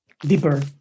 deeper